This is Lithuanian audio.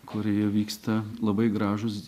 kurioje vyksta labai gražūs